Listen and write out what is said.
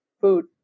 food